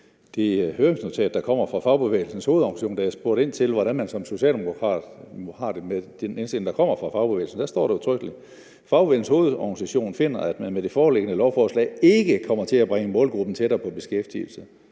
det høringssvar, der er kommet fra Fagbevægelsens Hovedorganisation, da jeg spurgte ind til, hvordan man som socialdemokrat mon har det med den indstilling, der kommer fra fagbevægelsen. Der står udtrykkeligt: »FH finder dog, at man med det foreliggende lovforslag ikke kommer til at bringe målgruppen tættere på beskæftigelse.